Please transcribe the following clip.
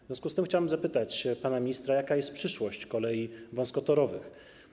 W związku z tym chciałem zapytać pana ministra, jaka jest przyszłość kolei wąskotorowych?